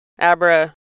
Abra